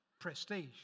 prestige